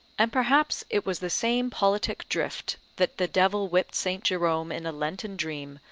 and perhaps it was the same politic drift that the devil whipped st. jerome in a lenten dream,